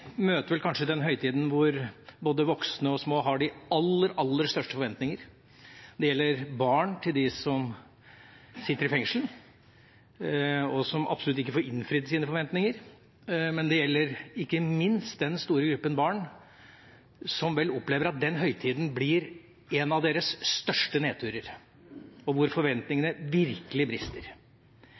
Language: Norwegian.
møter vel kanskje den høytiden hvor både voksne og små har de aller, aller største forventninger. Det gjelder barn til dem som sitter i fengsel, og som absolutt ikke får innfridd sine forventninger, men det gjelder ikke minst den store gruppen barn som vel opplever at den høytiden blir en av deres største nedturer, og hvor forventningene virkelig brister.